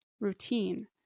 routine